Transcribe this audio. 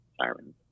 sirens